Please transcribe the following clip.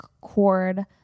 cord